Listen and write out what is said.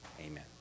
Amen